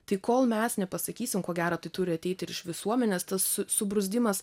tai kol mes nepasakysim ko gero tai turi ateiti ir iš visuomenės tas su subruzdimas